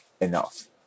enough